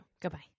goodbye